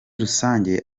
rusange